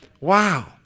Wow